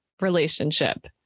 relationship